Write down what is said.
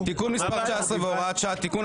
אגרות והוצאות (תיקון מס' 19 והוראת שעה) (תיקון),